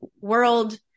world